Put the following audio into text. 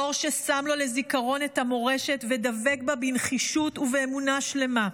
דור ששם לו לזיכרון את המורשת ודבק בה בנחישות ובאמונה שלמה.